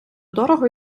дорого